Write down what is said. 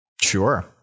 Sure